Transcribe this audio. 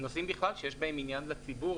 נושאים בכלל שיש בהם עניין לציבור,